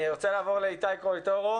אני רוצה לעבור לאיתי קרויטורו.